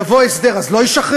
יבוא הסדר, אז לא ישחררו?